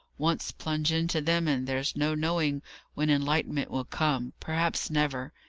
once plunge into them, and there's no knowing when enlightenment will come perhaps never.